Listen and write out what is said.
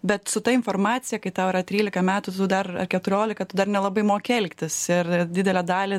bet su ta informacija kai tau yra trylika metų tu dar ar keturiolika tu dar nelabai moki elgtis ir didelę dalį